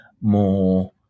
more